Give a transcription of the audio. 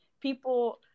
people